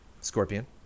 Scorpion